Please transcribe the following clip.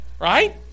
right